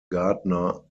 gardner